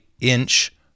inch